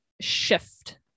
shift